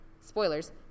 Spoilers